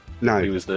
No